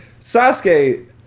Sasuke